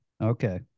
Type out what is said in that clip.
okay